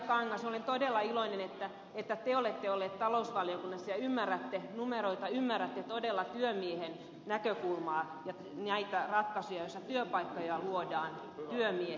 kangas olen todella iloinen että te olette ollut talousvaliokunnassa ja ymmärrätte numeroita ymmärrätte todella työmiehen näkökulmaa ja näitä ratkaisuja joissa työpaikkoja luodaan työmiehille